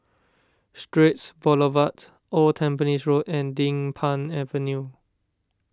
Straits Boulevard Old Tampines Road and Din Pang Avenue